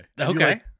Okay